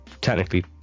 technically